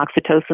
oxytocin